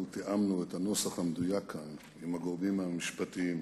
אנחנו תיאמנו את הנוסח המדויק כאן עם הגורמים המשפטיים.